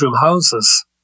houses